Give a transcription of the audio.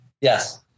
yes